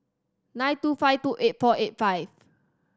nine two five two eight four eight five